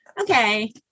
okay